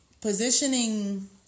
positioning